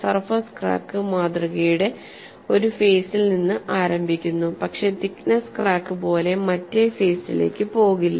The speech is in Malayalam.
സർഫേസ് ക്രാക്ക് മാതൃകയുടെ ഒരു ഫേസിൽ നിന്ന് ആരംഭിക്കുന്നു പക്ഷേ തിക്നെസ്സ് ക്രാക്ക് പോലെ മറ്റേ ഫേസിലെക്ക് പോകില്ല